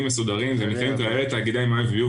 מסודרים והם נקראים כללי תאגידי מים וביוב,